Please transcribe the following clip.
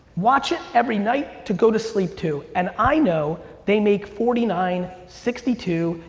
watched it every night to go to sleep too, and i know they make forty nine, sixty two,